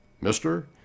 Mister